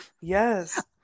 yes